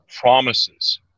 promises